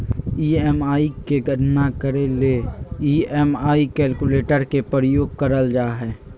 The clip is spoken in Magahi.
ई.एम.आई के गणना करे ले ई.एम.आई कैलकुलेटर के प्रयोग करल जा हय